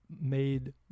made